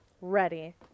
ready